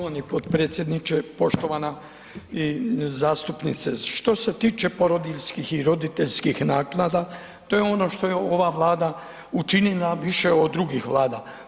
Poštovani potpredsjedniče, poštovana zastupnice što se tiče porodiljskih i roditeljskih naknada to je ono što je ova Vlada učinila više od drugih vlada.